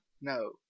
no